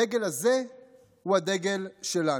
הדגל הזה הוא הדגל שלנו.